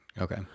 Okay